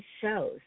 shows